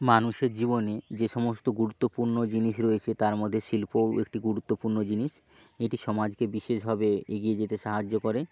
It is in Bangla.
মানুষের জীবনে যে সমস্ত গুরুত্বপূর্ণ জিনিস রয়েছে তার মধ্যে শিল্পও একটি গুরুত্বপূর্ণ জিনিস এটি সমাজকে বিশেষভাবে এগিয়ে যেতে সাহায্য করে